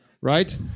right